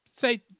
say